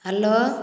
hello